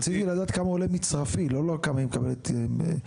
רציתי לדעת כמה עולה מצרפי, לא כמה היא מקבלת נטו?